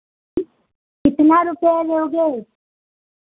कितना रुपैया लेओगे